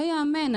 לא ייאמן.